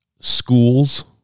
Schools